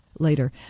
later